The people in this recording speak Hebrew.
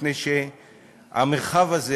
מפני שהמרחב הזה,